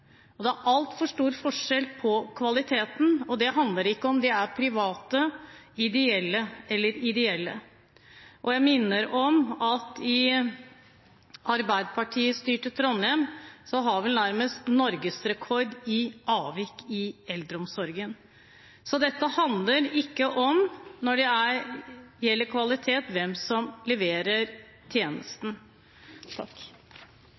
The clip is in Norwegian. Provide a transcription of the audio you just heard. de er private ideelle eller ideelle. Jeg minner om at Arbeiderparti-styrte Trondheim vel har nærmest norgesrekord i avvik innen eldreomsorgen. Dette handler ikke, når det gjelder kvalitet, om hvem som leverer